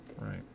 right